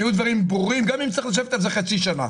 שהדברים יהיו ברורים גם אם צריך לשבת על זה חצי שנה.